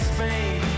Spain